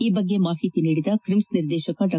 ಈ ಬಗ್ಗೆ ಮಾಹಿತಿ ನೀಡಿದ ಕ್ರಿಮ್ಸ್ ನಿರ್ದೇಶಕ ಡಾ